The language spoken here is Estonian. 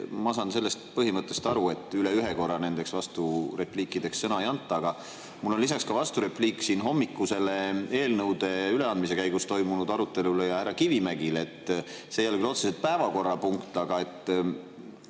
ma saan sellest põhimõttest aru, et üle ühe korra nendeks vasturepliikideks sõna ei anta. Aga mul on lisaks ka vasturepliik siin hommikusele eelnõude üleandmise käigus toimunud arutelule ja härra Kivimägile. See ei ole küll otseselt päevakorrapunkt, aga